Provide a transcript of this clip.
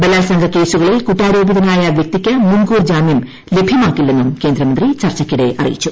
ബലാൽസംഗ കേസുകളിൽ കുറ്റാരോപിതനായ വ്യക്തിക്ക് മുൻകൂർ ജാമ്യം ലഭ്യമാക്കില്ലെന്നും കേന്ദ്രമന്ത്രി ചർച്ചയ്ക്കിടെ അറിയിച്ചു